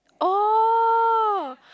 oh